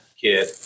kid